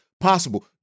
possible